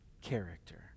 character